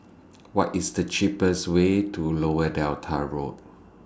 What IS The cheapest Way to Lower Delta Road